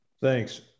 Thanks